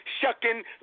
shucking